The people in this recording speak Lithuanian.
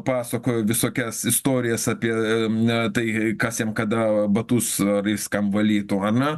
pasakojo visokias istorijas apie na tai kas jam kada batus ar jis kam valytų ane